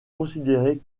considérée